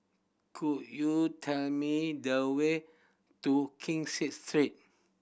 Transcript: could you tell me the way to Kee Say Street